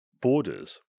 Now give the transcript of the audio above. borders